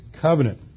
covenant